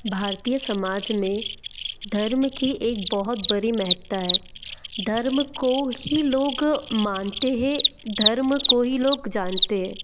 भारतीय समाज में धर्म की एक बहुत बड़ी महत्व है धर्म को ही लोग मानते हैं धर्म को ही लोग जानते हैं